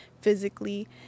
physically